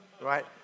Right